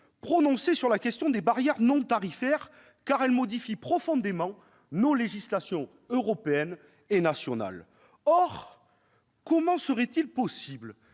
prononcer sur la question des barrières non tarifaires, car celles-ci modifient profondément les législations européenne et nationale. Or comment serait-il possible